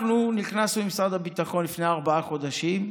אנחנו נכנסנו למשרד הביטחון לפני ארבעה חודשים.